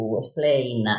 explain